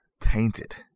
tainted